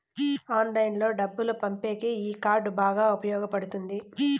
ఆన్లైన్లో డబ్బులు పంపేకి ఈ కార్డ్ బాగా ఉపయోగపడుతుంది